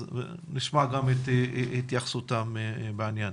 אז נשמע גם את התייחסותם בעניין.